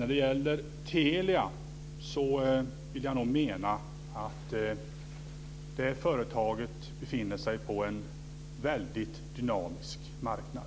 Herr talman! Jag menar nog att Telia befinner sig på en väldigt dynamisk marknad